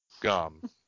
gum